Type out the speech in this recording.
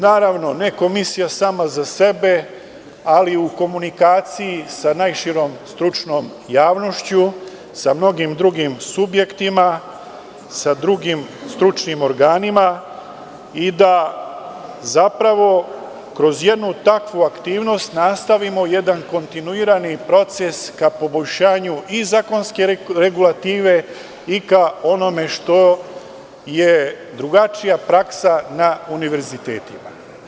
Ne Komisija sama za sebe, ali u komunikacija sa najširom stručnom javnošću, sa mnogim drugim subjektima, sa drugim stručnim ogranima i da zapravo kroz jednu takvu aktivnost nastavimo jedan kontinuirani proces ka poboljšanju zakonske regulative i ka onome što je drugačija praksa na univerzitetima.